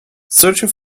searching